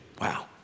Wow